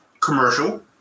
commercial